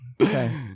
okay